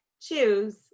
choose